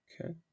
Okay